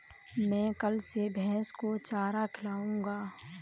मैं कल से भैस को चारा खिलाऊँगा